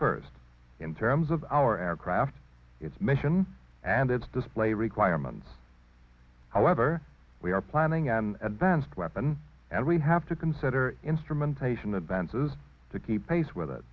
first in terms of our aircraft its mission and its display requirements however we are planning an advanced weapon and we have to consider instrumentation advances to keep pace with it